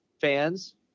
fans